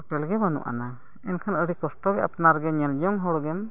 hotel ᱜᱮ ᱵᱟᱹᱱᱩᱜ ᱟᱱᱟᱝ ᱮᱱᱠᱷᱟᱱ ᱟᱹᱰᱤ ᱠᱚᱥᱴᱚᱜᱮ ᱟᱯᱱᱟᱨᱜᱮ ᱧᱮᱞᱡᱚᱝ ᱦᱚᱲ ᱜᱮᱢ